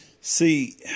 See